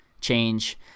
change